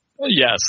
Yes